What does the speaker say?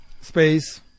space